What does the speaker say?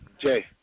Jay